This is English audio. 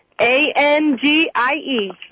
A-N-G-I-E